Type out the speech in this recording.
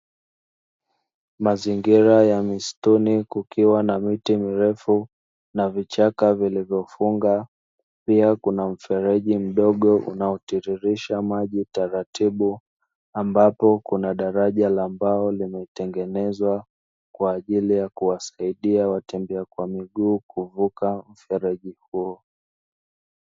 Mazingira ya misituni kukiwa na miti mirefu na vichaka vilivyofunga, pia kuna mfereji mdogo unaotiririsha maji taratibu, ambapo kuna daraja la mbao limetengenezwa kwa ajili ya kuwasaidia watembea kwa miguu kuvuka mfereji huo.